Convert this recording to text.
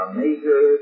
major